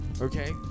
Okay